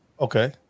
Okay